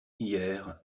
hier